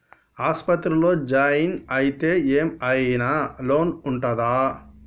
ఆస్పత్రి లో జాయిన్ అయితే ఏం ఐనా లోన్ ఉంటదా?